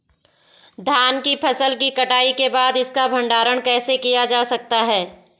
धान की फसल की कटाई के बाद इसका भंडारण कैसे किया जा सकता है?